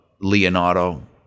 Leonardo